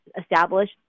establish